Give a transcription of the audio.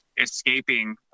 escaping